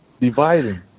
dividing